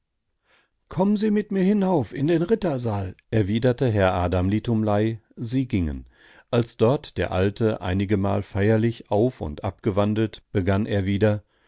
kommen sie mit mir hinaus in den rittersaal erwiderte herr adam litumlei sie gingen als dort der alte einigemal feierlich auf und ab gewandelt begann er wieder